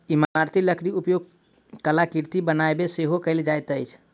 इमारती लकड़ीक उपयोग कलाकृति बनाबयमे सेहो कयल जाइत अछि